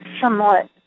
somewhat